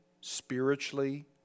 spiritually